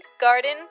garden